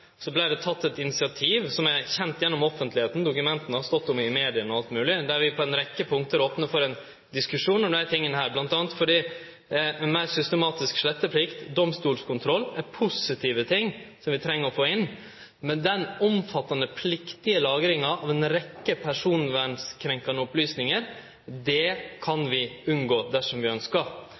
det teke eit initiativ som er kjent i offentlegheita, dokumenta har det stått om i media og alt mogleg, der vi på ei rekkje punkt har opna for ein diskusjon om desse tinga, bl.a. ei meir systematisk sletteplikt og domstolskontroll – positive ting som vi treng å få inn, men den omfattande, pliktige lagringa av ei rekkje personvernkrenkjande opplysningar kan vi unngå dersom vi